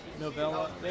novella